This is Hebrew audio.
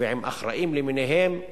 ועם אחראים למיניהם,